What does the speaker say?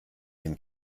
den